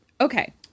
Okay